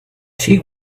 she